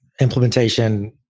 Implementation